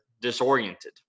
disoriented